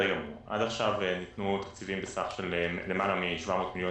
עד עכשיו ניתנו תקציבים בסך של למעלה מ-700 מיליון